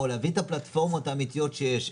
להביא את הפלטפורמות האמיתיות שיש,